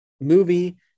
Movie